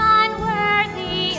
unworthy